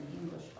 English